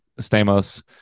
Stamos